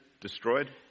destroyed